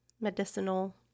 medicinal